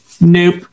nope